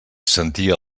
sentia